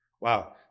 wow